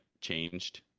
changed